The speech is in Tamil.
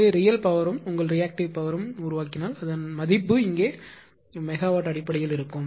எனவே ரியல் பவர் யும் உங்கள் ரியாக்டிவ் பவர் யும் உருவாக்கினால் அதன் மதிப்பீடு இங்கே மெகா அடிப்படையில் இருக்கும்